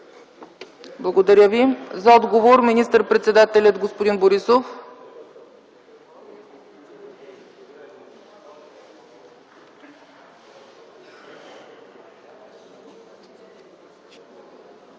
Благодаря Ви. За отговор – министър-председателят господин Борисов.